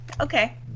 Okay